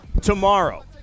tomorrow